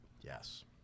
Yes